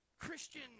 Christian